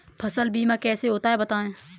फसल बीमा कैसे होता है बताएँ?